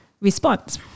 response